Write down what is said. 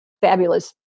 fabulous